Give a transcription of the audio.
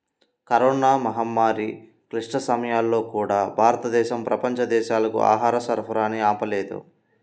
corona మహమ్మారి క్లిష్ట సమయాల్లో కూడా, భారతదేశం ప్రపంచ దేశాలకు ఆహార సరఫరాని ఆపలేదు